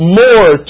more